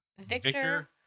Victor